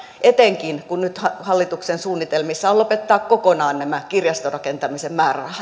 etenkin kun nyt hallituksen suunnitelmissa on lopettaa kokonaan nämä kirjastorakentamisen määrärahat